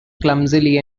clumsily